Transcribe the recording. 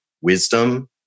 wisdom